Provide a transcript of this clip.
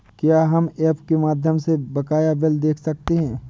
क्या हम ऐप के माध्यम से बकाया बिल देख सकते हैं?